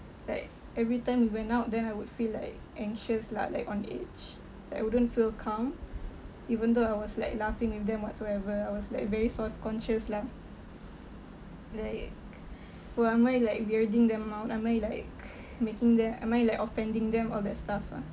like every time we went out then I would feel like anxious lah like on the edge like I wouldn't feel calm even though I was like laughing with them whatsoever I was like very self conscious lah like oh am I like weirding them out am I like making them am I like offending them all that stuff lah